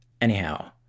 Anyhow